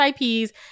IPs